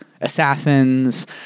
assassins